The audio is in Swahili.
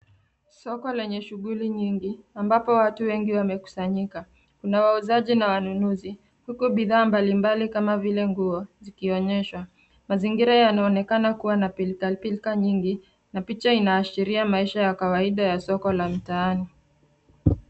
Soko lenye shughuli nyingi, ambapo watu wengi wamekusanyika. Kuna wauzaji na wanunuzi, huku bidhaa mbalimbali kama vile nguo, zikionyeshwa. Mazingira yanaonekana kuwa na pilkapilka nyingi, na picha inaashiria maisha ya kawaida ya soko la mtaani.